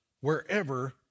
wherever